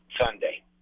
Sunday